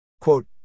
Quote